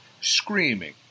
screaming